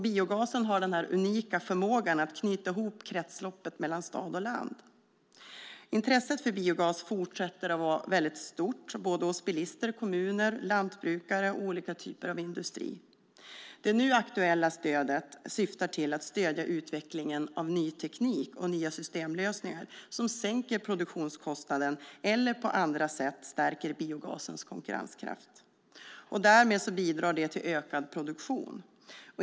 Biogasen har den unika förmågan att knyta ihop kretsloppet mellan stad och land. Intresset för biogas fortsätter att vara mycket stort hos bilister, kommuner, lantbrukare och olika typer av industrier. Det nu aktuella stödet syftar till att stödja utvecklingen av ny teknik och nya systemlösningar som sänker produktionskostnaden eller på andra sätt stärker biogasens konkurrenskraft. Därmed bidrar detta till en ökad produktion.